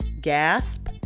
gasp